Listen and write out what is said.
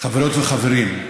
חברות וחברים,